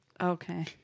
okay